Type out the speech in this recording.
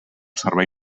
servei